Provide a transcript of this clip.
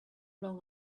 long